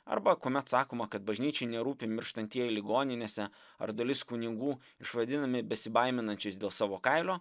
arba kuomet sakoma kad bažnyčiai nerūpi mirštantieji ligoninėse ar dalis kunigų išvadinami besibaiminančiais dėl savo kailio